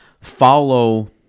follow